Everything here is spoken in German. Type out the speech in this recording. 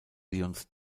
lions